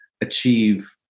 achieve